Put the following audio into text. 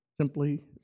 Simply